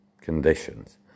conditions